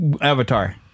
avatar